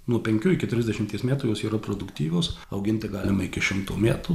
nuo penkių iki trisdešimties metų jos yra produktyvios auginti galima iki šimto metų